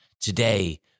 Today